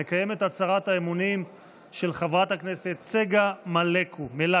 נקיים את הצהרת האמונים של חברת הכנסת צגה מלקו.